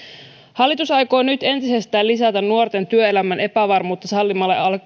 hallitus aikoo nyt entisestään lisätä nuorten työelämän epävarmuutta sallimalla alle